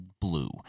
blue